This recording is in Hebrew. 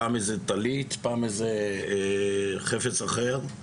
פעם איזו טלית, פעם איזה חפץ אחר.